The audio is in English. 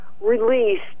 released